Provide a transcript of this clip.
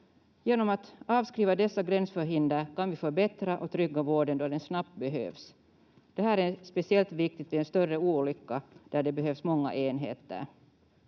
Genom att avskriva dessa gränsförhinder kan vi förbättra och trygga vården då den snabbt behövs. Det här är speciellt viktigt vid en större olycka där det behövs många enheter.